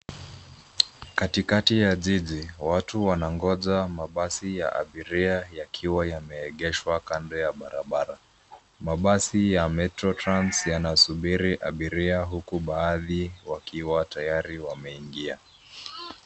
Katikati ya jiji watu wanangoja mabasi ya abiria yakiwa yameegeshwa kando ya barabara ,mabasi ya metro trans yanasubiri abiria huku baadhi wakiwa tayari wameingia.